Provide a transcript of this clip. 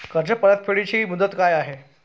कर्ज परतफेड ची मुदत काय आहे?